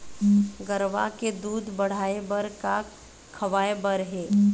गरवा के दूध बढ़ाये बर का खवाए बर हे?